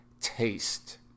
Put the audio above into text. taste